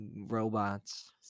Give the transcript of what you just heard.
robots